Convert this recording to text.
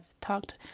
talked